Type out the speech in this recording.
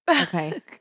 okay